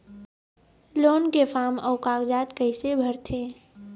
Loan के form अऊ कागजात कइसे भरथें?